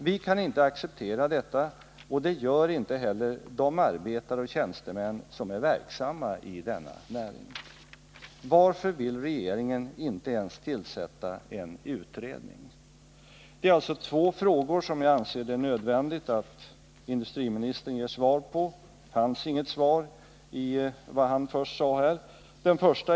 Vi kan inte acceptera detta, och det gör inte heller de arbetare och tjänstemän som är verksamma i denna näring. Varför vill regeringen inte ens tillsätta en utredning. Det är alltså två frågor som jag anser det nödvändigt att industriministern ger svar på. Det fanns inget svar i hans första anförande.